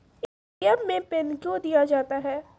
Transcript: ATM मे pin कयो दिया जाता हैं?